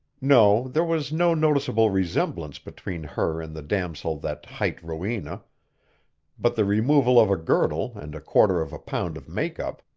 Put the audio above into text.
no, there was no noticeable resemblance between her and the damosel that hight rowena but the removal of a girdle and a quarter of a pound of makeup,